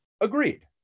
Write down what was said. Agreed